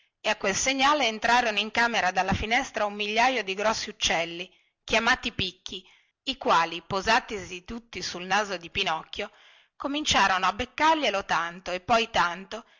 e a quel segnale entrarono in camera dalla finestra un migliaio di grossi uccelli chiamati picchi i quali posatisi tutti sul naso di pinocchio cominciarono a beccarglielo tanto e poi tanto